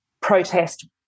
Protest